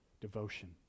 devotion